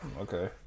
Okay